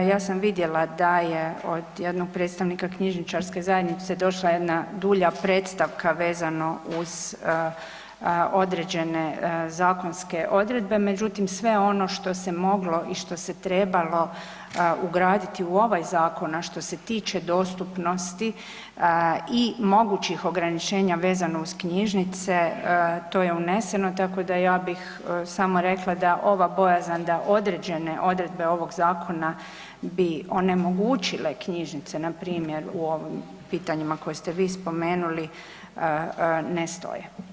Ja sam vidjela da je od jednog predstavnika knjižničarske zajednice došla jedna dulja predstavka vezano uz određene zakonske odredbe međutim sve ono što se moglo i što se trebalo ugraditi u ovaj zakon a što se tiče dostupnosti i mogućih ograničenja vezano uz knjižnice, to je uneseno, tako da ja bih samo rekla da ova bojazan da određene odredbe ovog zakona bi onemogućile knjižnice npr. u ovim pitanima koje ste vi spomenuli, ne stoje.